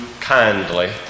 kindly